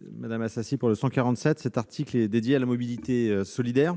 nous en sollicitons le retrait. L'article 6, consacré à la mobilité solidaire,